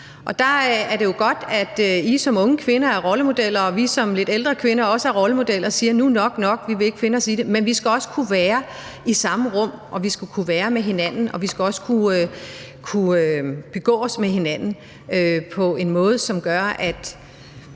og der er det jo godt, at I som unge kvinder er rollemodeller, og at vi som lidt ældre kvinder også er rollemodeller og siger, at nu er nok nok, at vi ikke vil finde os i det. Men vi skal også kunne være i samme rum, og vi skal kunne være sammen med hinanden. Vi skal kunne begå os med hinanden på en måde, som gør, at